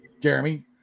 Jeremy –